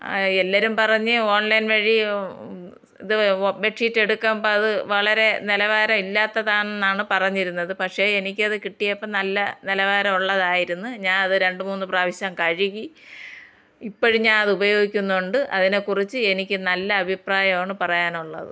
എല്ലാവരും പറഞ്ഞ് ഓൺലൈൻ വഴി ഇത് ബെഡ്ഷീറ്റ് എടുക്കുമ്പം അത് വളരെ നിലവാരം ഇല്ലാത്തതാണെന്നാണ് പറഞ്ഞിരുന്നത് പക്ഷെ എനിക്കത് കിട്ടിയപ്പോൾ നല്ല നിലവാരം ഉള്ളതായിരുന്നു ഞാൻ അത് രണ്ടു മൂന്നു പ്രാവശ്യം കഴുകി ഇപ്പഴും ഞാനത് ഉപയോഗിക്കുന്നുണ്ട് അതിനെ കുറിച്ച് എനിക്ക് നല്ല അഭിപ്രായമാണ് പറയാനുള്ളത്